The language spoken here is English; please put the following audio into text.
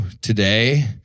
today